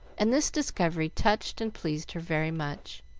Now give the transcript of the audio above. and this discovery touched and pleased her very much.